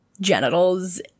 genitals